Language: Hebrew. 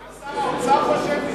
גם שר האוצר חושב כך?